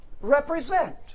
represent